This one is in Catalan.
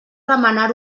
remenar